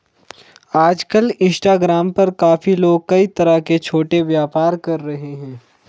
आजकल इंस्टाग्राम पर काफी लोग कई तरह के छोटे व्यापार कर रहे हैं